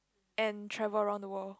and travel around the world